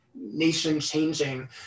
nation-changing